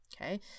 okay